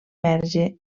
verge